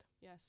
yes